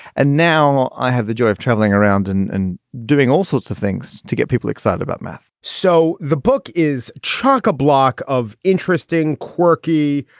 and now i have the joy of travelling around and and doing all sorts of things to get people excited about math so the book is chock a block of interesting, quirky,